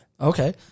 Okay